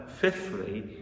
fifthly